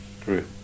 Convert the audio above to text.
True